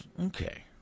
Okay